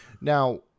now